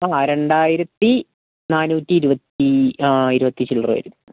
ആ രണ്ടായിരത്തി നാനൂറ്റി ഇരുപത്തി ആ ഇരുപത്തി ചില്ലറ വരും